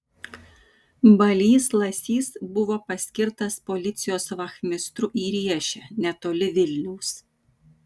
balys lasys buvo paskirtas policijos vachmistru į riešę netoli vilniaus